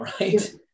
Right